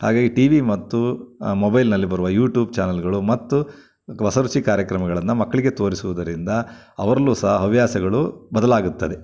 ಹಾಗಾಗಿ ಈ T V ಮತ್ತು ಮೊಬೈಲ್ನಲ್ಲಿ ಬರುವ ಯೂಟೂಬ್ ಚಾನಲ್ಗಳು ಮತ್ತು ಕ್ ಹೊಸರುಚಿ ಕಾರ್ಯಕ್ರಮಗಳನ್ನು ಮಕ್ಕಳಿಗೆ ತೋರಿಸುವುದರಿಂದ ಅವರಲ್ಲೂ ಸಹ ಹವ್ಯಾಸಗಳು ಬದಲಾಗುತ್ತದೆ